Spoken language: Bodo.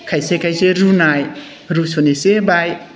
खायसे खायसे रुनाय रुसुन इसे होबाय